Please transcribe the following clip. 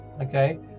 Okay